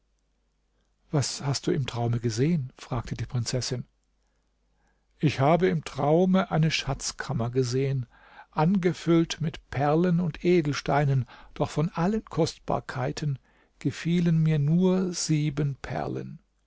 was hast du im traume gesehen fragte die prinzessin ich habe im traume eine schatzkammer gesehen angefüllt mit perlen und edelsteinen doch von allen kostbarkeiten gefielen mir nur sieben perlen